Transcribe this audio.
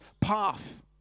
path